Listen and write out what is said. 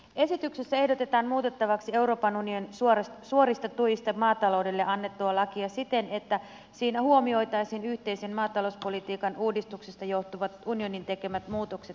esityksessä ehdotetaan muutettavaksi euroopan unionin suorista tuista maataloudelle annettua lakia siten että siinä huomioitaisiin yhteisen maatalouspolitiikan uudistuksesta johtuvat unionin tekemät muutokset tukijärjestelmiin